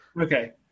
Okay